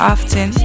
Often